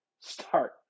start